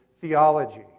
theology